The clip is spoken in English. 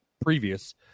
previous